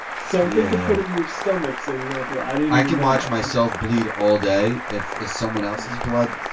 something to put in your stomach so you don't throw up. i mean i can watch myself bleed all day. if it's someone else's blood,